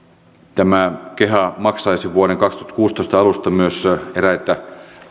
tämä keha maksaisi vuoden kaksituhattakuusitoista alusta myös eräitä